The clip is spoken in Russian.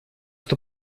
эту